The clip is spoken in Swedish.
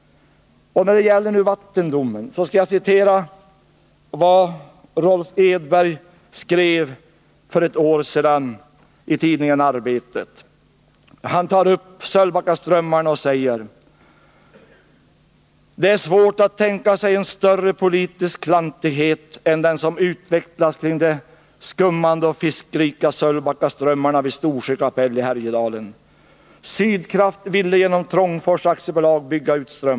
Rolf Edberg skrev för något år sedan om Sölvbackaströmmarna i tidningen Arbetet: ”Det är svårt att tänka sig en större politisk klantighet än den som utvecklats kring de skummande och fiskrika Sölvbackaströmmarna vid Storsjö kapell i Härjedalen.